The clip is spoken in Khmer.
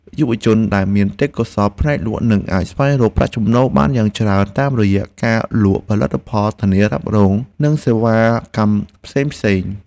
យុវជនដែលមានទេពកោសល្យផ្នែកលក់នឹងអាចស្វែងរកចំណូលបានយ៉ាងច្រើនតាមរយៈការលក់ផលិតផលធានារ៉ាប់រងនិងសេវាកម្មផ្សេងៗ។